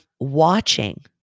watching